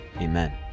Amen